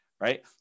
Right